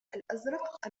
الأزرق